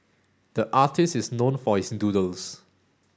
the artist is known for his doodles